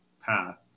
path